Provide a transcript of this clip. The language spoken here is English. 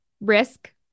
risk